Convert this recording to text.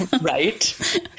Right